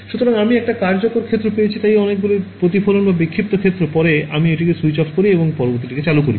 সুতরাং আমি একটি কার্যকর ক্ষেত্র পেয়েছি তাই অনেকগুলি প্রতিফলিত বা বিক্ষিপ্ত ক্ষেত্র পরে আমি এটিকে স্যুইচ অফ করি এবং পরবর্তী টিকে চালু করি